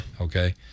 Okay